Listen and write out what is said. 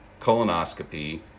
colonoscopy